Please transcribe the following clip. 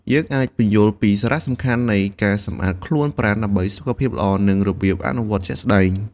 យើងអាចពន្យល់ពីសារៈសំខាន់នៃការសម្អាតខ្លួនប្រាណដើម្បីសុខភាពល្អ និងរបៀបអនុវត្តជាក់ស្ដែង។